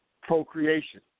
Procreation